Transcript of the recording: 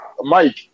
Mike